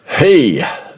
Hey